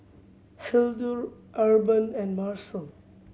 Hildur Urban and Marcel